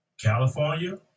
California